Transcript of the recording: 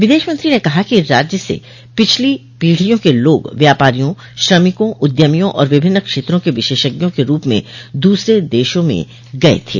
विदेश मंत्री ने कहा कि भारत से पिछली पीढियों के लोग व्यापारियों श्रमिकों उद्यमियों और विभिन्न क्षेत्रों के विशेषज्ञों के रूप में दूसरे देशों में गए थे